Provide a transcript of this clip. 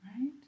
Right